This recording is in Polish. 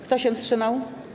Kto się wstrzymał?